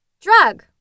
Drug